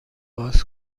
باز